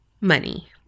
money